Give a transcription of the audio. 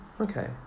Okay